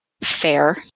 fair